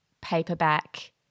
paperback